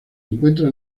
encuentran